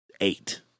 eight